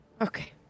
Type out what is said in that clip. Okay